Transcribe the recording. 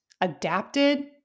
adapted